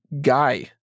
Guy